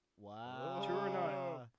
Wow